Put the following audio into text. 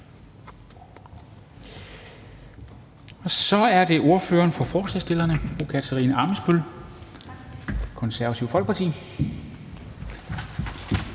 Så er det ordføreren for forslagsstillerne, fru Katarina Ammitzbøll, Det Konservative Folkeparti.